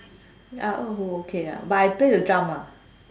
ya 二胡 okay ah but I play the drum ah